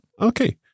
Okay